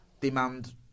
demand